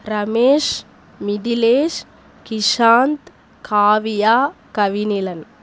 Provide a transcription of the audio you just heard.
Ramesh Mithilesh Kishanth Kaviya Kavineelan